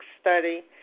Study